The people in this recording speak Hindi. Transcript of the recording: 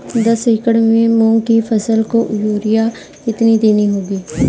दस एकड़ में मूंग की फसल को यूरिया कितनी देनी होगी?